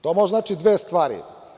To može da znači dve stvari.